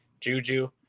Juju